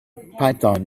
python